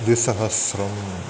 द्विसहस्रम्